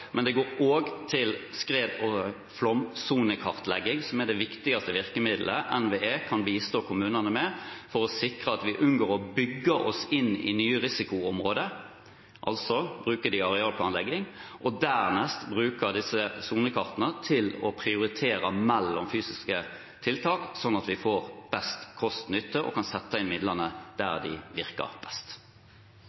men det går også til skred- og flomsonekartlegging, som er det viktigste virkemiddelet NVE kan bistå kommunene med for å sikre at vi unngår å bygge oss inn i nye risikoområder, altså bruke det i arealplanlegging, og dernest bruke disse sonekartene til å prioritere mellom fysiske tiltak, slik at vi får best kost–nytte og kan sette inn midlene der